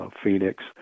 Phoenix